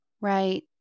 Right